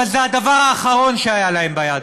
אבל זה הדבר האחרון שהיה להם ביד,